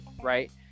Right